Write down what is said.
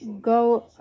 go